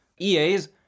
EA's